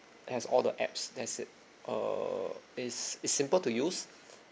has all the apps that's it err is is simple to use